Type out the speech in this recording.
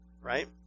Right